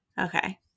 Okay